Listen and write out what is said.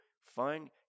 find